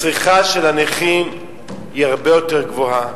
הצריכה של הנכים היא הרבה יותר גבוהה.